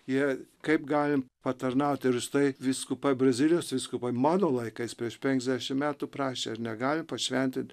jie kaip galim patarnaut ir štai vyskupai brazilijos vyskupai mano laikas prieš penkiasdešim metų prašė ar negali pašventint